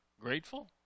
grateful